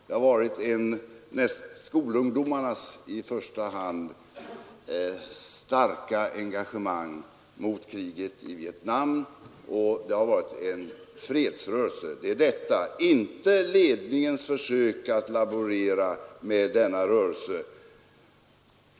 Det har varit i första hand ett skolungdomarnas starka engagemang mot kriget i Vietnam och det har varit en fredsrörelse. Det var detta, inte ledningens försök att laborera med denna rörelse, som jag avsåg.